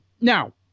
now